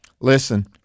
listen